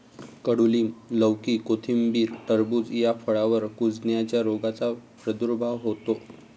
कडूलिंब, लौकी, कोथिंबीर, टरबूज या फळांवर कुजण्याच्या रोगाचा प्रादुर्भाव होतो